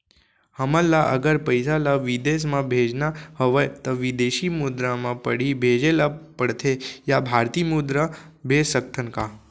हमन ला अगर पइसा ला विदेश म भेजना हवय त विदेशी मुद्रा म पड़ही भेजे ला पड़थे या भारतीय मुद्रा भेज सकथन का?